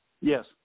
Yes